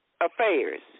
affairs